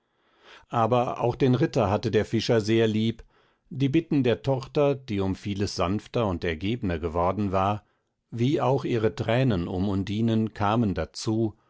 aber auch den ritter hatte der fischer sehr lieb die bitten der tochter die um vieles sanfter und ergebner geworden war wie auch ihre tränen um undinen kamen dazu